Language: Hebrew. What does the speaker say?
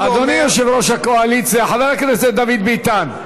אדוני יושב-ראש הקואליציה חבר הכנסת דוד ביטן.